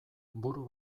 buru